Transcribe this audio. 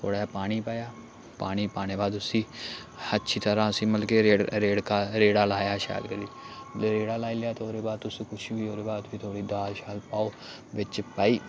थोह्ड़ा पानी पाया पानी पाने दे बाद उसी अच्छी तरह उसी मतलब कि रेड़का रेड़ा लाया शैल करियै रेड़ा लाई लेआ ते ओह्दे बाद तुस कुछ बी ओह्दे बाद फ्ही थोह्ड़ी दाल शाल पाओ बिच्च पाई